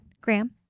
Graham